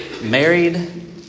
married